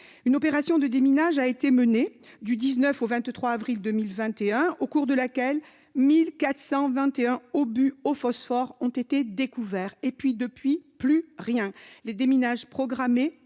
Une opération de déminage a été menée du 19 au 23 avril 2021 au cours de laquelle 1 421 obus au phosphore ont été découverts. Depuis, plus rien ! Les déminages programmés